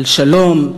על שלום.